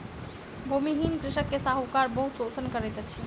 भूमिहीन कृषक के साहूकार बहुत शोषण करैत अछि